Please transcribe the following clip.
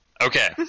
Okay